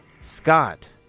Scott